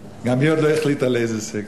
גם היא עוד לא החליטה לאיזה סקטור.